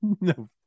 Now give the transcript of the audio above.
No